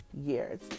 years